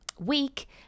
Week